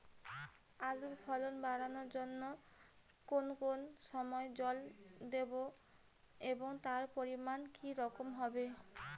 আলুর ফলন বাড়ানোর জন্য কোন কোন সময় জল দেব এবং তার পরিমান কি রকম হবে?